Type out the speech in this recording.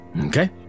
Okay